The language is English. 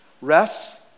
rests